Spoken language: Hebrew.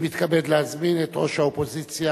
אני מתכבד להזמין את ראש האופוזיציה,